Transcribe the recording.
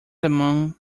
among